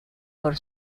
por